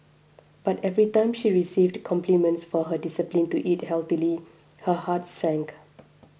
but every time she received compliments for her discipline to eat healthily her heart sank